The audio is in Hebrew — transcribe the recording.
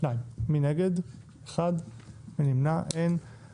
הצבעה בעד, 2 נגד, 1 נמנעים, אין אושר.